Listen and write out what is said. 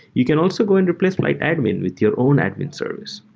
you can also go and replace flyte admin with your own admin service.